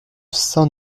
saint